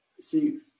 See